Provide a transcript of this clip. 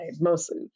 mostly